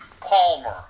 Palmer